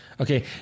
Okay